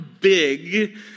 big